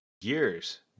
years